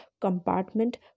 compartment